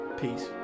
peace